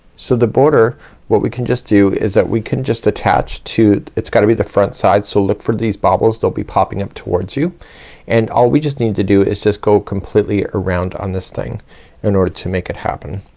so the border what we can just do is that we can just attach to, it's gotta be the front side so look for these bobbles. they'll be popping up towards you and all we just need to do is just go completely around on this thing in order to make it happen.